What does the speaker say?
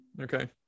Okay